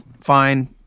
Fine